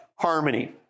Harmony